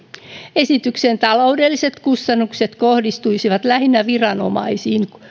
esityksen taloudelliset kustannukset kohdistuisivat lähinnä viranomaisiin